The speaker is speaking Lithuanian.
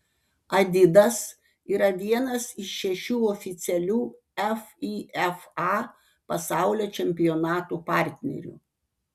adidas yra vienas iš šešių oficialių fifa pasaulio čempionato partnerių